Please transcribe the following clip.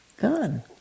gone